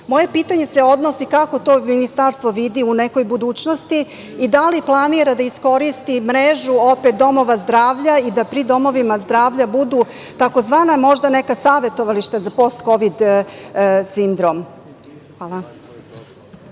pitanje odnosi, kako to ministarstvo vidi u nekoj budućnosti i da li planira da iskoristi mrežu domova zdravlja i da pri domovima zdravlja budu tzv. možda neka savetovališta za post kovid sindorm? Hvala.